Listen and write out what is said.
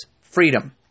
freedom